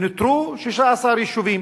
ונותרו 16 יישובים.